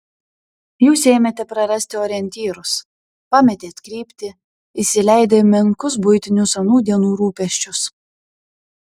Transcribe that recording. jūs ėmėte prarasti orientyrus pametėt kryptį įsileidę į menkus buitinius anų dienų rūpesčius